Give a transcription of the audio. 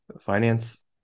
finance